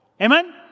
Amen